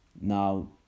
Now